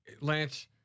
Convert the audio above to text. Lance